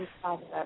process